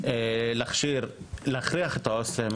תודה רבה על הדיון החשוב הזה ותודה לכולכם שהגעתם.